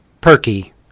perky